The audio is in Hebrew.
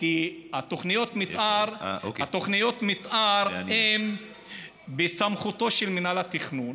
כי תוכניות המתאר הן בסמכותו של מינהל התכנון.